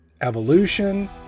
Evolution